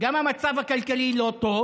גם המצב הכלכלי לא טוב